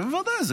בוודאי,